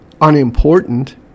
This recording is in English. unimportant